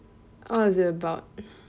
what is it about